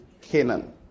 Canaan